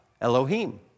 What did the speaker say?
Elohim